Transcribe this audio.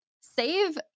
save